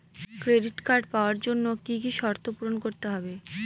Credit card পাওয়ার জন্য কি কি শর্ত পূরণ করতে হবে?